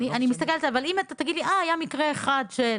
אבל אם אתה תגיד לי שהיה מקרה אחד של